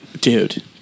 Dude